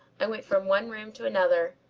i went from one room to another.